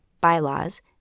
bylaws